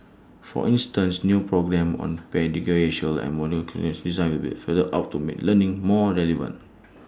for instance new programmes on pedagogical and modular curriculum design will be for the out to make learning more relevant